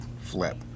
flip